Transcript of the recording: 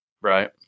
right